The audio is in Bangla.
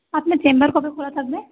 আপনার চেম্বার কবে খোলা থাকবে